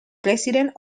president